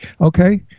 okay